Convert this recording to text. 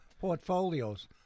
portfolios